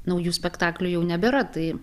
naujų spektaklių jau nebėra tai